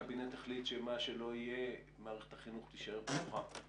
הקבינט החליט שמה שלא יהיה מערכת החינוך תישאר פתוחה.